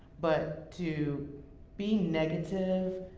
but to be negative,